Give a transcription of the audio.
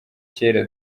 cyera